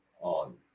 on